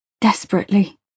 desperately